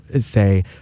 say